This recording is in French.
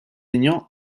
aignan